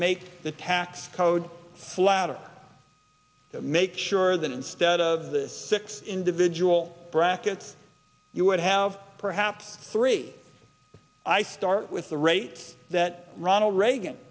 make the tax code flatter to make sure that instead of this six individual brackets you would have perhaps three i start with the rates that ronald reagan